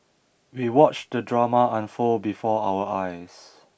we watched the drama unfold before our eyes